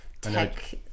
tech